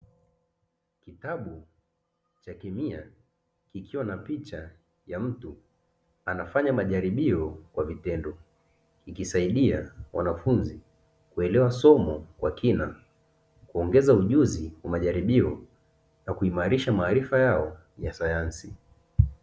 Kitabu cha kemia kikiwa na picha ya mtu anafanya majaribio kwa vitendo ikisaidia wanafunzi kuelewa somo kwa kina, kuongeza ujuzi wa majaribio na kuimarisha maarifa yao ya sayansi.